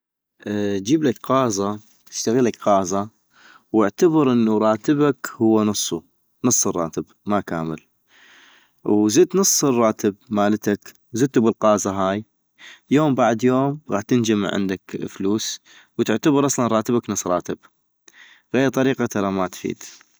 جيبلك قازه اشتغيلك قازه وتعتبر انو راتبك هو نصو نص الراتب ما كامل وزت نص الراتب مالتك زتو بالقازه هاي ، يوم بعد يوم غاح تنجمع عندك فلوس وتعتبر اصلا راتبك نص راتب ، غيغ طريقة ترى ما تفيد